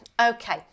Okay